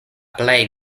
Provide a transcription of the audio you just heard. plej